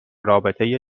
رابطه